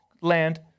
land